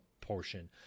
portion